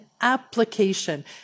application